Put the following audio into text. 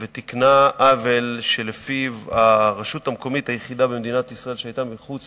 ותיקנה עוול שלפיו הרשות המקומית היחידה במדינת ישראל שהיתה מחוץ